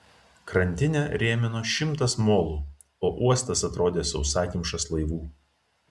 krantinę rėmino šimtas molų o uostas atrodė sausakimšas laivų